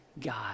God